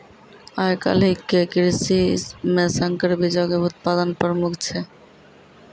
आइ काल्हि के कृषि मे संकर बीजो के उत्पादन प्रमुख छै